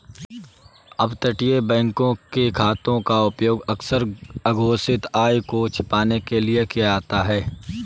अपतटीय बैंकों के खातों का उपयोग अक्सर अघोषित आय को छिपाने के लिए किया जाता था